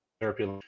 Therapy